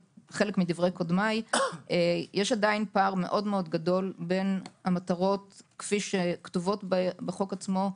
יש עדיין פער מאוד גדול בין המטרות כפי שכתובות בחוק עצמו,